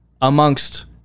amongst